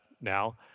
now